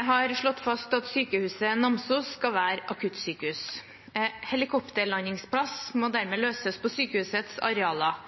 har slått fast at Sykehuset Namsos skal være akuttsykehus. Helikopterlandingsplass må løses på sykehusets arealer.